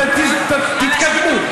תתקדמו.